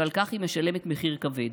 ועל כך היא משלמת מחיר כבד.